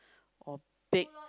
or bake